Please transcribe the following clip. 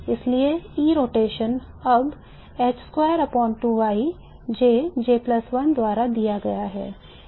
इसलिए E rotation अब द्वारा दिया गया है